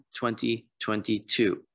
2022